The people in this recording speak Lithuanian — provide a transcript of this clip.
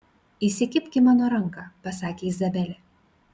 įsikibk į mano ranką pasakė izabelė